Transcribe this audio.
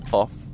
off